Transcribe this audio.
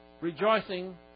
rejoicing